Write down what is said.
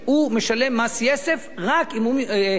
הוא משלם מס יסף רק אם הוא מרוויח,